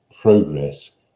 progress